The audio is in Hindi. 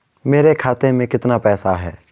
मेरे खाते में कितना पैसा है?